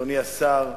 אדוני השר,